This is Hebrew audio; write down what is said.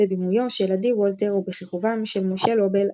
בבימויו של עדי וולטר ובכיכובם של משה לובל,